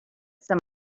some